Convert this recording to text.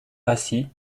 assis